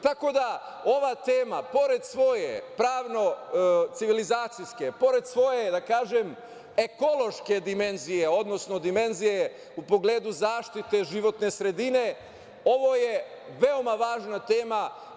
Tako da ova tema, pored svoje pravno-civilizacijske, pored svoje ekološke dimenzije, odnosno dimenzije u pogledu zaštite životne sredine, ovo je veoma važna tema.